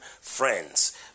friends